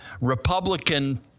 Republican